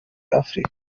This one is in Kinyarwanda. africa